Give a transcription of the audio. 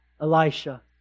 Elisha